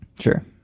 Sure